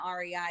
REI